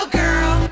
girl